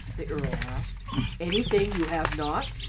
the earl asked anything you have not?